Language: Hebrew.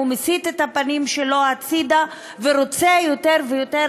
הוא מסיט את הפנים שלו הצדה ורוצה יותר ויותר